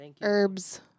herbs